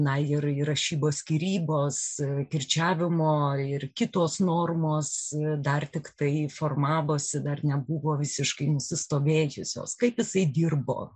na ir ir rašybos skyrybos kirčiavimo ir kitos normos dar tiktai formavosi dar nebuvo visiškai nusistovėjusios kaip jisai dirbo